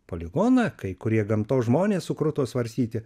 poligoną kai kurie gamtos žmonės sukruto svarstyti